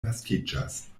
naskiĝas